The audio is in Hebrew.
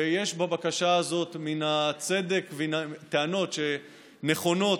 ויש בבקשה הזאת מן הצדק וטענות נכונות,